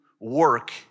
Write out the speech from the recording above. work